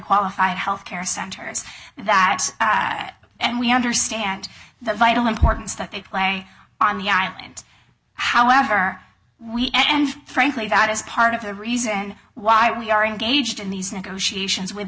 qualified health care centers that and we understand the vital importance that they play on the island however we and frankly that is part of the reason why we are engaged in these negotiations with